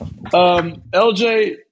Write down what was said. LJ